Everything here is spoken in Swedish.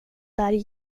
där